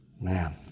Man